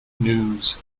news